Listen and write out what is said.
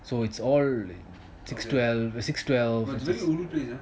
so it's all six twelve six twelve